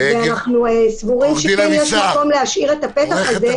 אנחנו סבורים שכן יש מקום להשאיר את הפתח הזה,